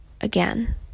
again